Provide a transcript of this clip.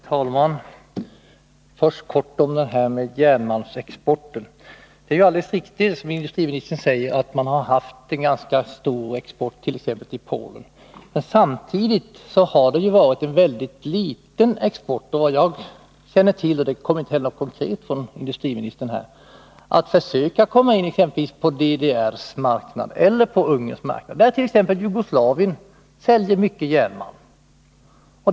Herr talman! Först kort om detta med järnmalmsexporten. Det är alldeles riktigt, som industriministern säger, att man har haft en ganska stor export t.ex. till Polen. Samtidigt har det ju varit en väldigt liten export till Östeuropa, såvitt jag känner till. Det kom inte heller nu något konkret besked om att man försöker komma in exempelvis på DDR:s marknad eller på Ungerns marknad, där t.ex. Jugoslavien säljer mycket järnmalm.